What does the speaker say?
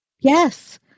Yes